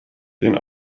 den